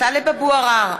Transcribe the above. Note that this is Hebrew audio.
טלב אבו עראר,